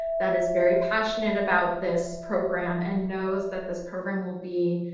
that is very passionate about this program and knows that this program will be